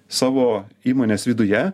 savo įmonės viduje